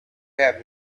have